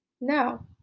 Now